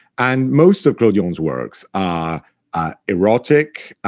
and most of clodion's works are erotic,